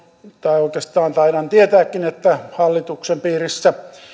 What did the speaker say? tai oikeastaan taidan tietääkin että hallituksen piirissä